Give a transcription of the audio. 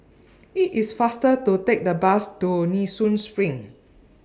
IT IS faster to Take The Bus to Nee Soon SPRING